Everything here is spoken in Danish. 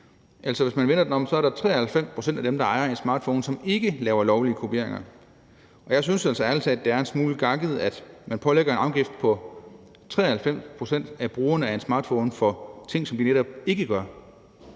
Altså, hvis man vender den om, er det 93 pct. af dem, der ejer en smartphone, som ikke laver kopieringer. Jeg synes ærlig talt, at det er en smule gakket, at man pålægger 93 pct. af brugerne af en smartphone en afgift af ting, som de netop ikke gør.